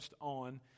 on